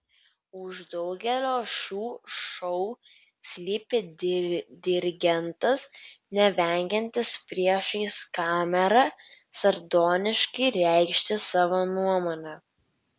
už daugelio šių šou slypi dirigentas nevengiantis priešais kamerą sardoniškai reikšti savo nuomonę